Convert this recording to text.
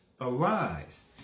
Arise